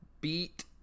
beat